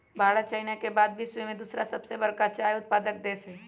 Bharat China के बाद विश्व में दूसरा सबसे बड़का चाय उत्पादक देश हई